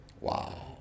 Wow